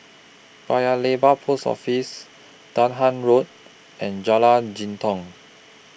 Paya Lebar Post Office Dahan Road and Jalan Jitong